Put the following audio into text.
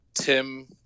Tim